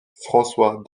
françois